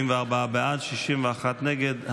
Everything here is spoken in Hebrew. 44 בעד, 61 נגד.